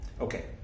Okay